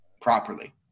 properly